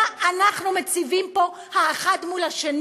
מה אנחנו מציבים פה זה מול זה?